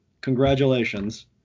Congratulations